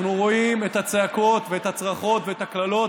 אנחנו רואים את הצעקות ואת הצרחות ואת הקללות,